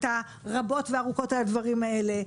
איתה רבות וארוכות על הדברים האלה,